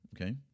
okay